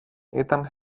ήταν